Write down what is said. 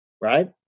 right